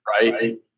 right